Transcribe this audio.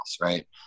right